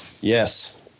Yes